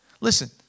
listen